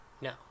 No